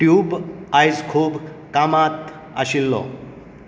tube आयज खूब कामांत आशिल्लो